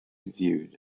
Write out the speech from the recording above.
viewed